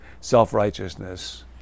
self-righteousness